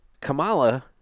Kamala